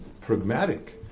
pragmatic